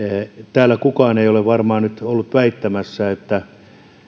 täällä kukaan ei ole varmaan nyt ollut väittämässä että